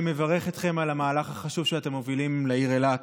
אני מברך אתכם על המהלך החשוב שאתם מובילים לעיר אילת.